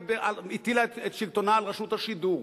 והטילה את שלטונה על רשות השידור,